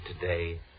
today